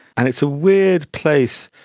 and it's a weird place,